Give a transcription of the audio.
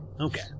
Okay